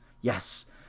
Yes